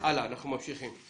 אנחנו ממשיכים.